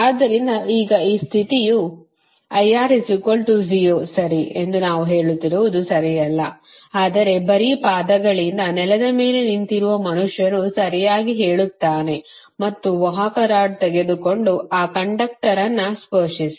ಆದ್ದರಿಂದ ಈಗ ಈ ಸ್ಥಿತಿಯು IR 0 ಸರಿ ಎಂದು ನಾವು ಹೇಳುತ್ತಿರುವುದು ಸರಿಯಲ್ಲ ಆದರೆ ಬರಿ ಪಾದಗಳಿಂದ ನೆಲದ ಮೇಲೆ ನಿಂತಿರುವ ಮನುಷ್ಯನು ಸರಿಯಾಗಿ ಹೇಳುತ್ತಾನೆ ಮತ್ತು ವಾಹಕ ರಾಡ್ ತೆಗೆದುಕೊಂಡು ಆ ಕಂಡಕ್ಟರ್ ಅನ್ನು ಸ್ಪರ್ಶಿಸಿ